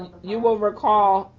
you will recall